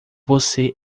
você